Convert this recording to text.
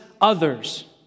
others